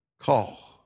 call